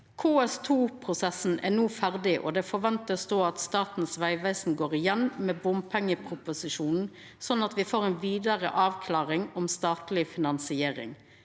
KS2-prosessen er no ferdig, og ein forventar då at Statens vegvesen går igjennom bompengeproposisjonen, slik at vi får ei vidare avklaring om statleg finansiering.